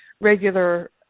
regular